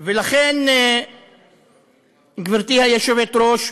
ולכן, גברתי היושבת-ראש,